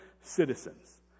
citizens